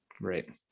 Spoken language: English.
Right